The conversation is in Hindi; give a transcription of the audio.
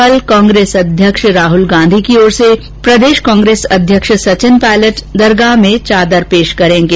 कल कांग्रेस अध्यक्ष राहल गांधी की ओर से प्रदेश कांग्रेस अध्यक्ष सोचिन पायलट दरगाह में चादर पेश करेंगे